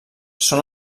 són